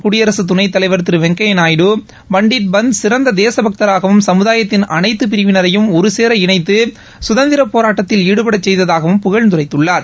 குடியரசு துணைத்தலைவர் திரு வெங்கையா நாயுடு பண்டிட் பந்த் சிறந்த தேசபக்தராகவும் சமுதாயத்தின் அனைத்து பிரிவினரையும் ஒருசேர இணைத்து போராட்டத்தில் ஈடுபடச் செய்ததாகவும் புகழ்ந்துரைத்துள்ளார்